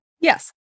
yes